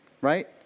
right